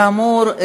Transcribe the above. כאמור,